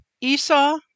Esau